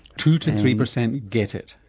to to three percent get it?